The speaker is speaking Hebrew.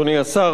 אדוני השר,